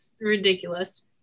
ridiculous